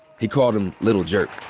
he called him little jerk.